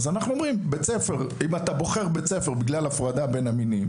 אז אנחנו אומרים שאם אתה בוחר בית ספר בגלל ההפרדה בין המינים